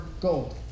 gold